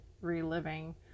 reliving